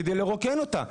כדי לרוקן אותה.